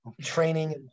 training